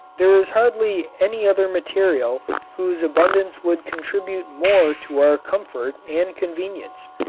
there is hardly any other material whose abundance would contribute more to our comfort and convenience.